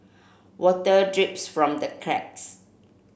water drips from the cracks